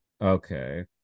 Okay